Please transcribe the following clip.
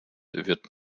wird